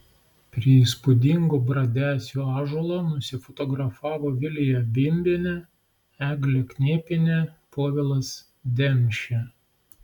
prie įspūdingo bradesių ąžuolo nusifotografavo vilija bimbienė eglė knėpienė povilas demšė